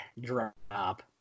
drop